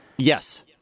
Yes